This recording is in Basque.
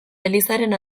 elizaren